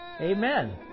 Amen